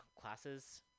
classes